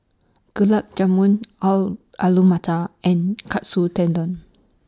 Gulab Jamun Alu Matar and Katsu Tendon